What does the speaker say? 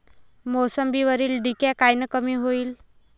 मोसंबीवरील डिक्या कायनं कमी होईल?